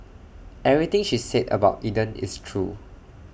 everything she said about Eden is true